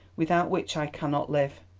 without which i cannot live.